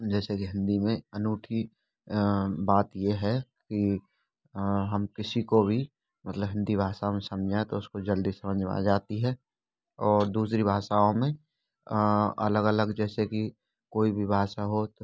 जैसे की हिंदी में अनूठी बात यह है कि हम किसी को भी मतलब हिंदी भाषा में समझाए तो उसको जल्दी में समझ आ जाती है और दूसरी भाषाओं में अलग अलग जैसे की कोई भी भाषा हो